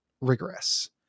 rigorous